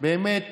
באמת